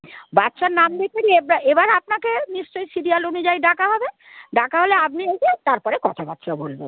বাচ্চার নাম লেখালে এবা এবার আপনাকে নিশ্চয়ই সিরিয়াল অনুযায়ী ডাকা হবে ডাকা হলে আপনি গিয়ে তারপরে কথাবার্তা বলবেন